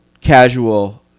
casual